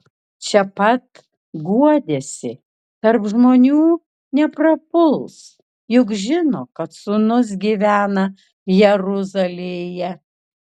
čia pat guodėsi tarp žmonių neprapuls juk žino kad sūnus gyvena jeruzalėje